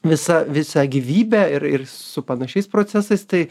visą visą gyvybę ir ir su panašiais procesais tai